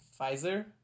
Pfizer